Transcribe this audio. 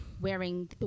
wearing